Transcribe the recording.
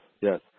yes